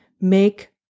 make